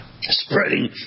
spreading